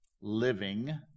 living